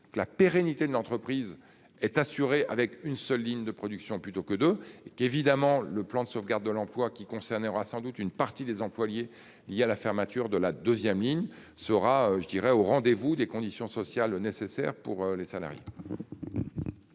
que la pérennité de l'entreprise est assurée avec une seule ligne de production plutôt que de qu'évidemment le plan de sauvegarde de l'emploi qui concernera sans doute une partie des employés il à la fermeture de la 2ème ligne sera je dirais au rendez vous des conditions sociales nécessaires pour les salariés.